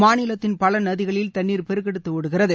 மாநிலத்தின் பல நதிகளில் தண்ணீர் பெருக்கெடுத்து ஒடுகிறது